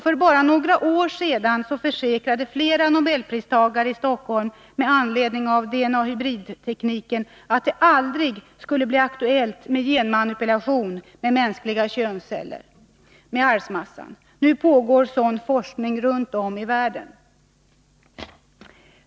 För bara några år sedan försäkrade flera nobelpristagare i Stockholm med anledning av hybrid-DNA-tekniken att det aldrig skulle bli aktuellt med genmanipulation med mänskliga könsceller, med arvsmassan. Nu pågår sådan forskning runt om i världen.